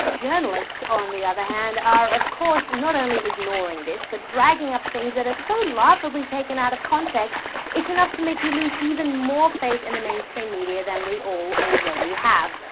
journalists, on the other hand, are of course not only ignoring this, but dragging up things that are so laughably taken out of context it's enough to make you lose even more faith in the mainstream media than we all already have.